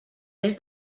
mes